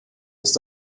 ist